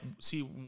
see